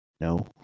No